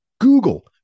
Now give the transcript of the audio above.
Google